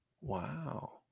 Wow